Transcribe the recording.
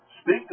Speak